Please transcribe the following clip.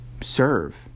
serve